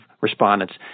respondents